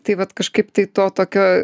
tai vat kažkaip tai to tokio